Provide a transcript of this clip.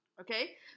Okay